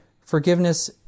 forgiveness